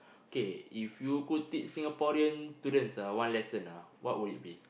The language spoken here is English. K if you could teach Singaporeans students ah one lesson ah what would it be